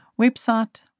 website